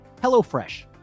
HelloFresh